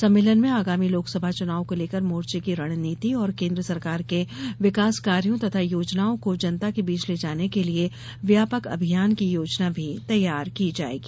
सम्मेलन में आगामी लोकसभा चुनाव को लेकर मोर्चे की रणनीति और केन्द्र सरकार के विकासकार्यों तथा योजनाओं को जनता के बीच ले जाने के लिए व्यापक अभियान की योजना भी तैयार की जायेगी